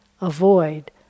avoid